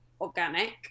organic